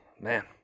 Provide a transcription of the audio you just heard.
Man